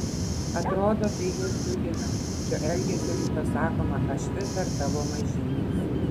atrodo tai juos džiugina šiuo elgesiu lyg pasakoma aš vis dar tavo mažylis